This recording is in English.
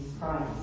Christ